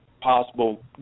possible